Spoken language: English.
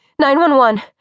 911